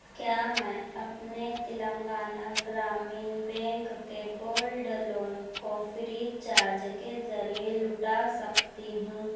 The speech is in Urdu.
کیا میں اپنے تلنگانہ گرامین بینک کے گولڈ لون کو فری چارج کے ذریعے لٹا سکتی ہوں